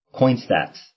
CoinStats